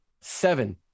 seven